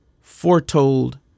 foretold